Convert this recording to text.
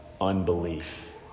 unbelief